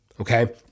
okay